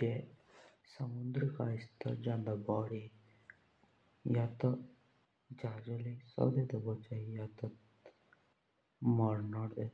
जे समुंदर का इस्तर जांदा ता भोडी तो या तो फिर झाजु लैई बोचानदे ते या तो मोर जांदे